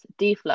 deflux